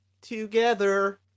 together